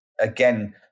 again